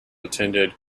attended